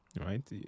right